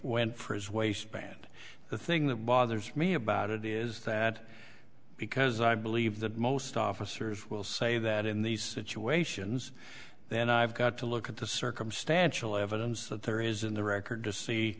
went for his waistband the thing that bothers me about it is that because i believe that most officers will say that in these situations then i've got to look at the circumstantial evidence that there is in the record to see